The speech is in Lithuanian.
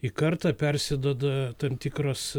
į kartą persiduoda tam tikros